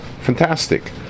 fantastic